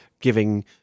giving